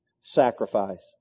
Sacrifice